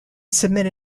submit